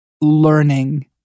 learning